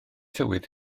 tywydd